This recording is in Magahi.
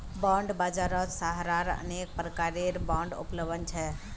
बॉन्ड बाजारत सहारार अनेक प्रकारेर बांड उपलब्ध छ